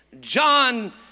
John